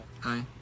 Hi